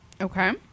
Okay